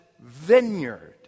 vineyard